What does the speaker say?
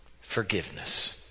Forgiveness